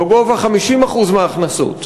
בגובה 50% מההכנסות,